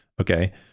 Okay